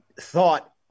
thought